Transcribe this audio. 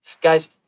Guys